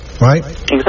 right